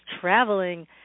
traveling